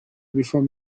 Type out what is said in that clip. before